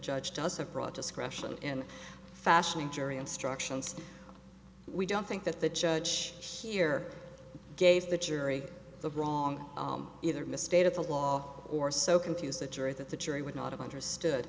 judge does have broad discretion in fashioning jury instructions we don't think that the judge here gave the jury the wrong either misstated the law or so confuse the jury that the jury would not have understood